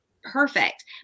Perfect